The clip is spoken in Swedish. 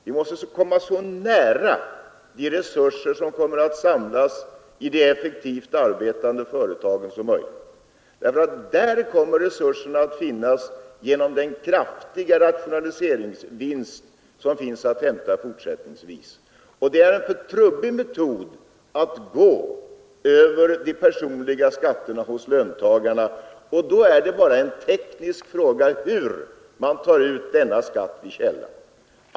Vi måste komma så nära de resurser som kommer att samlas i de effektivt arbetande företagen som möjligt. Där kommer resurserna att finnas genom de kraftiga rationaliseringsvinster som finns att hämta fortsättningsvis. Det är en för trubbig metod att gå över de personliga skatterna hos löntagarna, och då är det bara en teknisk fråga hur man skall ta ut denna skatt vid källan.